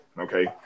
Okay